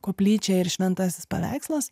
koplyčia ir šventasis paveikslas